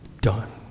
Done